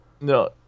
No